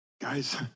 Guys